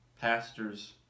Pastors